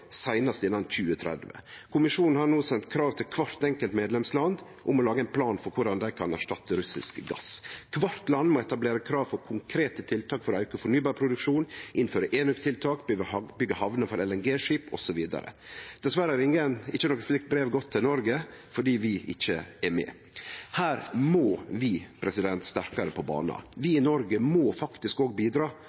seinast innan 2030. Kommisjonen har no sendt krav til kvart enkelt medlemsland om å lage ein plan for korleis dei kan erstatte russisk gass. Kvart land må etablere krav om konkrete tiltak for å auke fornybarproduksjonen, innføre enøk-tiltak, byggje hamner for LNG-skip, osv. Dessverre har ikkje eit slikt brev gått til Noreg, for vi er ikkje med. Her må vi sterkare på banen. Vi i Noreg må faktisk òg bidra